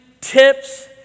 tips